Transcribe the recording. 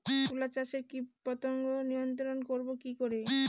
তুলা চাষে কীটপতঙ্গ নিয়ন্ত্রণর করব কি করে?